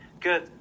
Good